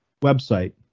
website